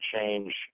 change